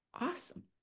awesome